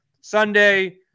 Sunday